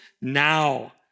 now